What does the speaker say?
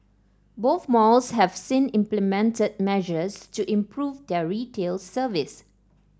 both malls have since implemented measures to improve their retail service